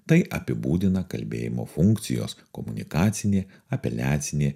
tai apibūdina kalbėjimo funkcijos komunikacinė apeliacinė